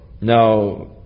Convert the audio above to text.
Now